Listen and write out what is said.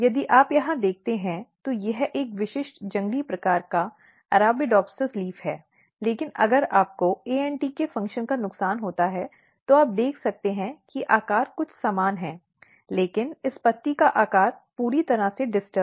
यदि आप यहाँ देखते हैं तो यह एक विशिष्ट जंगली प्रकार का अरेबिडोप्सिस पत्ती है लेकिन अगर आपको ANT के फंक्शन का नुकसान होता है तो आप देख सकते हैं कि आकार कुछ समान है लेकिन इस पत्ती का आकार पूरी तरह से डिस्टर्ब है